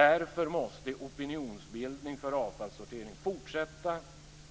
Därför måste opinionsbildning för avfallssortering fortsätta